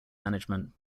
management